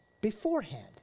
Beforehand